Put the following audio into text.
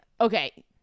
okay